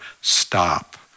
stop